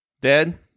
Dead